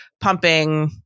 pumping